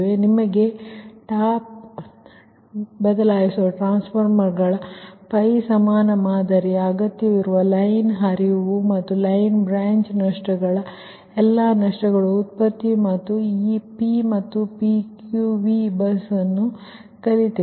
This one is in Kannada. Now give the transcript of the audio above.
ನಿಮಗೆ ಟ್ಯಾಪ್ ಬದಲಾಯಿಸುವ ಟ್ರಾನ್ಸ್ಫಾರ್ಮರ್ಗಳ ಪೈ ಸಮಾನ ಮಾದರಿಯ ಅಗತ್ಯವಿರುವ ಲೈನ್ ಹರಿವು ಮತ್ತು ಲೈನ್ ಬ್ರಾಂಚ್ ನಷ್ಟಗಳ ಎಲ್ಲಾ ನಷ್ಟಗಳ ಉತ್ಪತ್ತಿ ಮತ್ತು ಈ Pಮತ್ತು PQV ಬಸ್ ಅನ್ನು ಕಲಿತೆವು